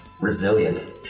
resilient